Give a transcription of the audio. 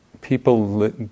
people